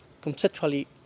conceptually